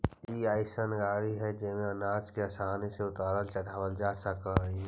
ई अइसन गाड़ी हई जेमे अनाज के आसानी से उतारल चढ़ावल जा सकऽ हई